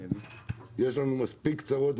יש לנו מספיק צרות,